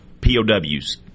POWs